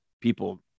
people